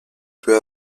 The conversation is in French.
peu